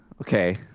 okay